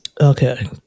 Okay